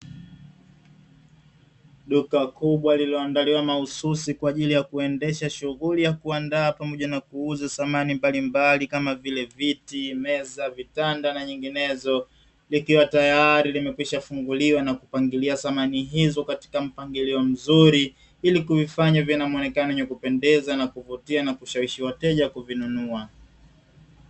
Duka kubwa lililoandaliwa mahusu si kwa ajili ya kuendesha shughuli ya kuandaa pamoja na kuuza samani mbalimbali kama vile viti, meza, vitanda na nyinginezo. Likiwa tayari limekwisha funguliwa na kupangilia samani hizo katika mpangilio mzuri ili kuifanya viwe na muonekano wenye kupendeza na kuvutia na kushawishi wateja kuvinunua.